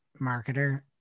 marketer